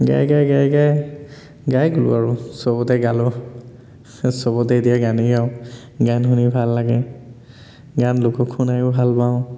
গাই গাই গাই গাই গাই গ'লো আৰু চবতে গালো চবতেই এতিয়া গানেই আৰু গান শুনি ভাল লাগে গান লোকক শুনায়ো ভালপাওঁ